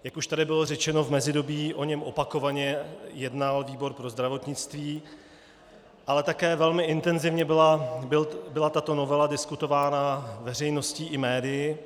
Jak už tady bylo řečeno, v mezidobí o něm opakovaně jednal výbor pro zdravotnictví, ale také velmi intenzivně byla tato novela diskutována veřejností i médii.